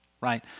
right